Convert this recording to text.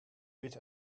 eat